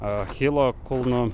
achilo kulnu